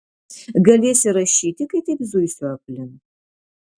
galėsi rašyti kai taip zuisiu aplink